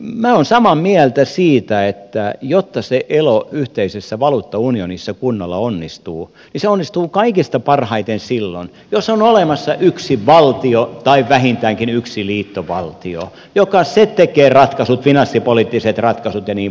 minä olen samaa mieltä siitä että jotta se elo yhteisessä valuuttaunionissa kunnolla onnistuu niin se onnistuu kaikista parhaiten silloin jos on olemassa yksi valtio tai vähintäänkin yksi liittovaltio joka tekee finanssipoliittiset ratkaisut jnp